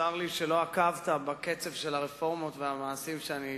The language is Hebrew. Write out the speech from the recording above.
צר לי שלא עקבת אחר הקצב של הרפורמות והמעשים שאני מוביל,